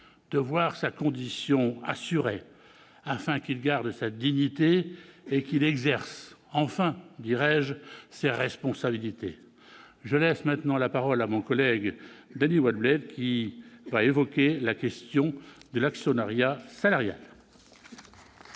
de voir « sa condition assurée » afin qu'il garde sa dignité et qu'« il exerce- enfin - ses responsabilités ». Je laisse maintenant la parole à mon collègue Dany Wattebled, qui va évoquer la question de l'actionnariat salarial.